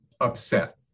upset